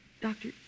Doctor